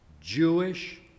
Jewish